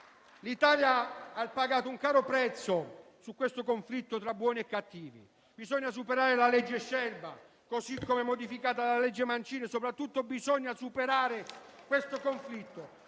L'Italia ha pagato un caro prezzo su questo conflitto tra buoni e cattivi. Bisogna superare la legge Scelba, così come modificata dalla legge Mancino e soprattutto bisogna superare questo conflitto.